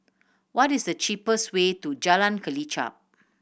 what is the cheapest way to Jalan Kelichap